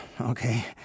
Okay